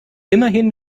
immerhin